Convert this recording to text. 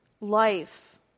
Life